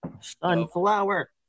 Sunflower